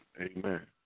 Amen